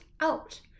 out